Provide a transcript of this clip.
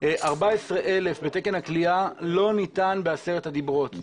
14,000 בתקן הכליאה לא ניתן בעשרת הדיברות,